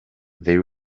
they